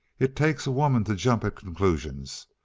it takes a woman to jump at conclusions!